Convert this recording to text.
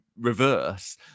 reverse